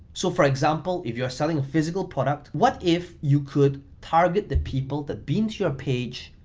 so for example, if you're selling a physical product, what if you could target the people that been to your page,